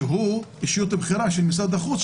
שהוא אישיות בכירה של משרד החוץ,